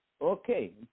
Okay